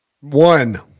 One